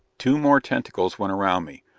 two more tentacles went around me,